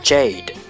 Jade